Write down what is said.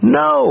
no